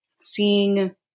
seeing